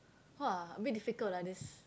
!wah! a bit difficult lah this